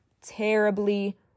terribly